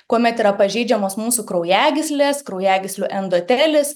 kuomet yra pažeidžiamos mūsų kraujagyslės kraujagyslių endotelis